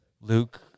Luke